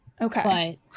Okay